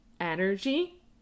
energy